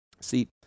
See